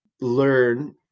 learn